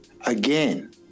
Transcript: again